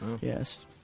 Yes